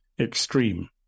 extreme